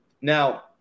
now